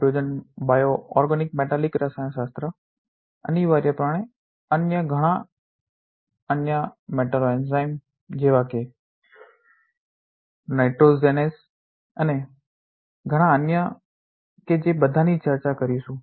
હાઇડ્રોજનસ bioorganometallic રસાયણશાસ્ત્ર અનિવાર્યપણે અન્ય ઘણા અન્ય મેટલોએન્જાઇમ જેવા કે નાઇટ્રોજેનેઝ અને ઘણા અન્ય કે જે બધાની ચર્ચા કરીશું